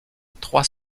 trois